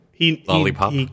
Lollipop